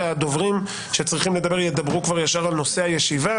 שהדוברים שצריכים לדבר ידברו כבר ישר על נושא הישיבה